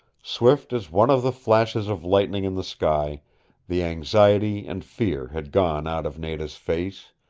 swift as one of the flashes of lightning in the sky the anxiety and fear had gone out of nada's face,